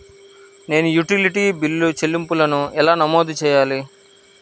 నేను utility bill చెల్లింపులను ఎలా నమోదు చేయాలి?